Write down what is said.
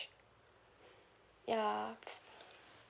ya